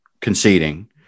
conceding